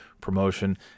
promotion